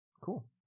Cool